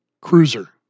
cruiser